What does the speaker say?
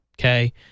okay